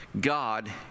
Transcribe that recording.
God